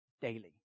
daily